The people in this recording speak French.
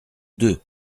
deux